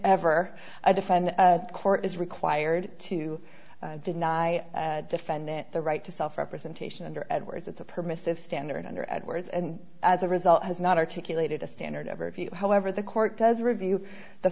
ever i defend the court is required to deny defendant the right to self representation under edwards it's a permissive standard under edwards and as a result has not articulated a standard ever if you however the court does review the